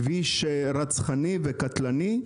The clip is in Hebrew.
כביש רצחני וקטלני.